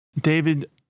David